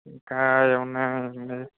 ఇంకా ఏమి ఉన్నాయి